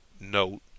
note